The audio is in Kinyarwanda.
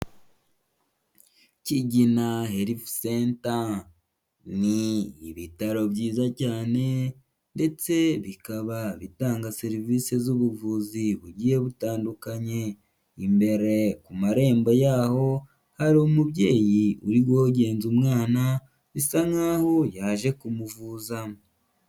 Kigina health center, ni ibitaro byiza cyane ndetse bikaba bitanga serivise z'ubuvuzi bugiye butandukanye, imbere ku marembo yaho hari umubyeyi uri guhogenza umwana bisa nkaho yaje kumuvuza.